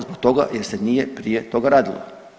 Zbog toga jer se nije prije toga radilo.